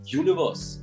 universe